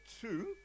two